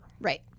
Right